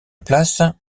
place